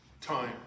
time